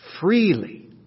freely